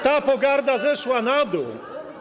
Ta pogarda zeszła na dół.